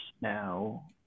now